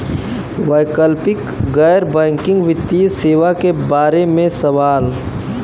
वैकल्पिक गैर बैकिंग वित्तीय सेवा के बार में सवाल?